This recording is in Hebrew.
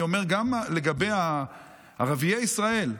אני אומר גם לגבי ערביי ישראל: